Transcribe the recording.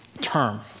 term